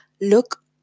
look